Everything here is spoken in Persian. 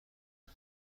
چعر